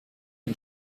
and